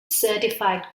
certified